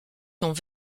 sont